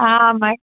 आम् ब